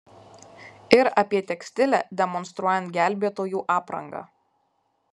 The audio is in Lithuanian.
ir apie tekstilę demonstruojant gelbėtojų aprangą